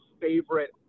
favorite